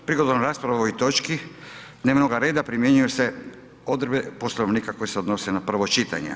Prigodom rasprave o ovoj točki dnevnoga reda primjenjuju se odredbe Poslovnika koje se odnose na prvo čitanje.